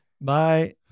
Bye